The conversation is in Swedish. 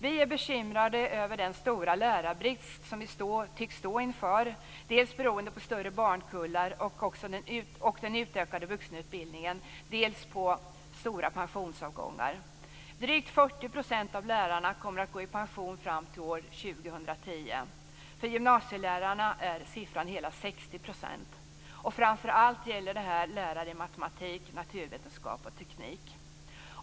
Vi är bekymrade över den stora lärarbrist som samhället tycks stå inför, dels beroende på större barnkullar och den utökade vuxenutbildningen, dels beroende på stora pensionsavgångar. Drygt 40 % av lärarna kommer att gå i pension fram till år 2010. För gymnasielärarna är siffran hela 60 %. Framför allt gäller detta lärare i matematik, naturvetenskap och teknik.